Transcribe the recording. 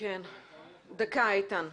שאלנו את האנשים שהם מעורבים בעניין הזה,